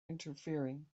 interfering